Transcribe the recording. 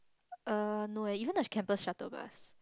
er no eh even the campus shuttle bus